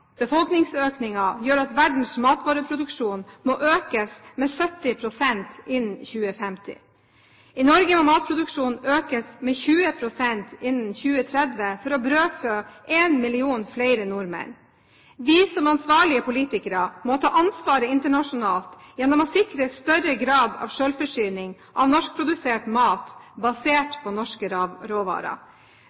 Befolkningsøkningen gjør at verdens matvareproduksjon må økes med 70 pst. innen 2050. I Norge må matproduksjonen økes med 20 pst. innen 2030 for å brødfø 1 million flere nordmenn. Vi som ansvarlige politikere må ta ansvaret internasjonalt gjennom å sikre større grad av selvforsyning av norskprodusert mat, basert på norske råvarer.